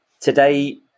Today